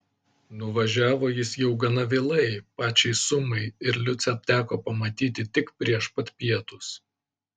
nuvažiavo jis jau gana vėlai pačiai sumai ir liucę teko pamatyti tik prieš pat pietus